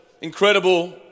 incredible